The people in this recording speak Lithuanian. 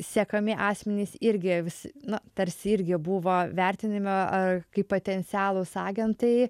sekami asmenys irgi vis na tarsi irgi buvo vertinime ar kaip potencialūs agentai